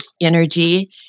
energy